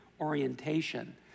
orientation